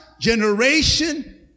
generation